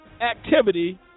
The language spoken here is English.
activity